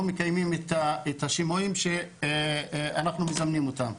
מקיימים את השימועים שאנחנו מזמנים אותם.